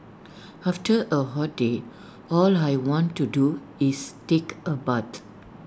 after A hot day all I want to do is take A bath